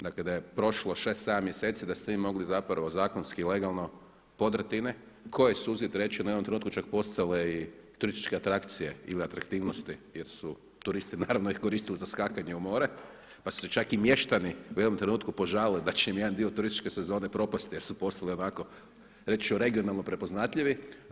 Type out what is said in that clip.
Dakle da je prošlo 6, 7 mjeseci da ste vi mogli zapravo zakonski, legalno, podrtine koje su … u jednom trenutku čak postale i turističke atrakcije ili atraktivnosti jer su turisti naravno ih koristili za skakanje u more pa su se čak i mještani u jednom trenutku požalili da će im jedan dio turističke sezone propasti jer su postali onako reći ću regionalno prepoznatljivi.